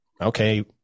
okay